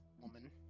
woman